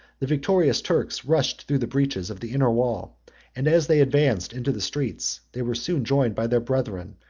the victorious turks rushed through the breaches of the inner wall and as they advanced into the streets, they were soon joined by their brethren,